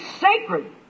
sacred